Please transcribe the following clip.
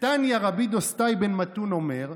ותניא רבי דוסתאי בן מתון אומר: